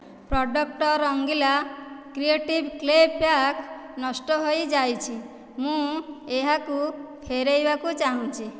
product Rangeela creative clay pack ନଷ୍ଟ ହୋଇଯାଇଛି ମୁଁ ଏହାକୁ ଫେରେଇବାକୁ ଚାହୁଁଛି